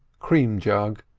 cream jug,